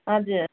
हजुर